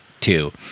two